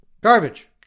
Garbage